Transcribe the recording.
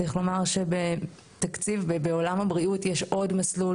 צריך לומר שבתקציב בעולם הבריאות יש עוד אפיק,